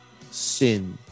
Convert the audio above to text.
sin